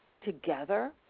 Together